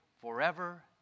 forever